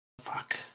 Fuck